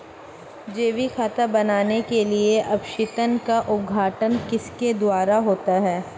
जैविक खाद बनाने के लिए अपशिष्टों का अपघटन किसके द्वारा होता है?